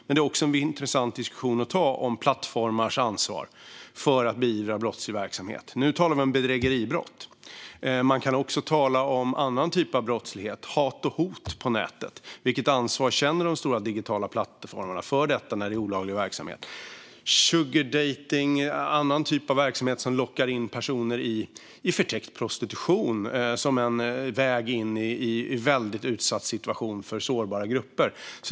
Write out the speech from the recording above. Men det är också en intressant diskussion att ta om plattformars ansvar för att beivra brottslig verksamhet. Nu talar vi om bedrägeribrott. Man kan också tala om annan typ av brottslighet - hat och hot på nätet. Vilket ansvar känner de stora digitala plattformarna för detta när det är olaglig verksamhet? Det handlar om "sugardating" och annan typ av verksamhet som lockar in personer i förtäckt prostitution som en väg in i en väldigt utsatt situation för sårbara grupper.